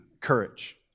courage